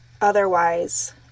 Otherwise